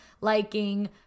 liking